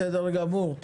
בסדר גמור.